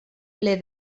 ple